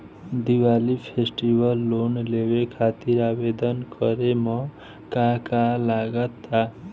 Diwali festival loan लेवे खातिर आवेदन करे म का का लगा तऽ?